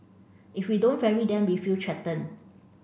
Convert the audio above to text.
if we don't ferry them we feel threatened